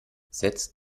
setzt